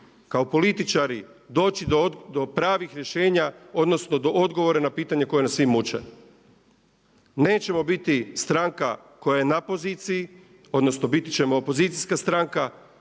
kao političari doći do pravih rješenja odnosno do odgovora na pitanja koja nas svi muče. Nećemo biti stranka koja je na poziciji, odnosno biti ćemo opozicijska stranka.